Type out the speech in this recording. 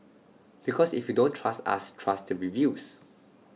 because if you don't trust us trust the reviews